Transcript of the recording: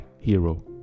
hero